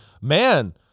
man